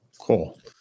Cool